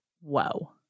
Whoa